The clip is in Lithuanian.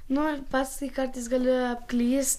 nu pats tai kartais gali apklyst